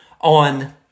on